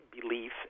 belief